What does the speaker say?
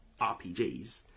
RPGs